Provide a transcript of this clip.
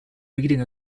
reading